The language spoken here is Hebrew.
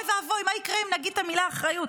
אוי ואבוי, מה יקרה אם נגיד את המילה אחריות?